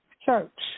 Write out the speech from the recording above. church